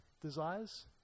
desires